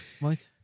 Mike